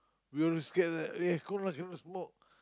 we'll have to scared that in air con lah cannot smoke